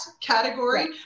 category